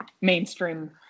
mainstream